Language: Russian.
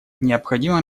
необходимо